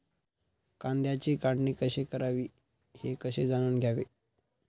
कांद्याची काढणी केव्हा करावी हे कसे जाणून घ्यावे?